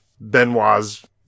Benoit's